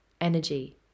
energy